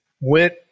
went